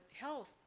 health